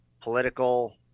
political—